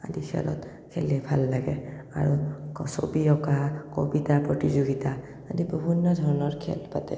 আদি খেলত খেলি ভাল লাগে আৰু ছবি অঁকা কবিতা প্ৰতিযোগিতা আদি বিভিন্ন ধৰণৰ খেল পাতে